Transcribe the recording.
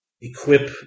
equip